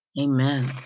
Amen